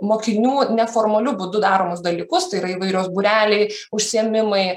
mokinių neformaliu būdu daromus dalykus tai yra įvairios būreliai užsiėmimai